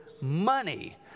money